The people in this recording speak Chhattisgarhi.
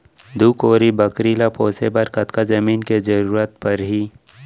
दू कोरी बकरी ला पोसे बर कतका जमीन के जरूरत पढही?